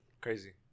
Crazy